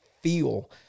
feel